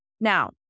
Now